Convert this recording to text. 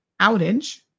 outage